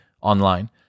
online